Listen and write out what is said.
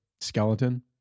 skeleton